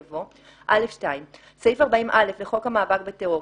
יבוא: "(א2)סעיף 40א לחוק המאבק בטרור,